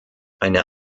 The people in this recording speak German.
eine